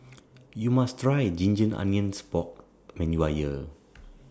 YOU must Try Ginger Onions Pork when YOU Are here